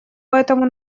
поэтому